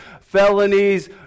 felonies